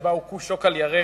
שבה הוכו שוק על ירך